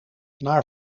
naar